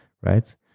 right